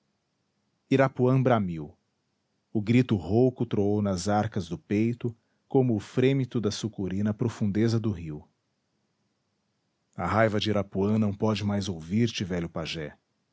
irapuã bramiu o grito rouco troou nas arcas do peito como o frêmito da sucuri na profundeza do rio a raiva de irapuã não pode mais ouvir-te velho pajé